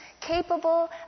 capable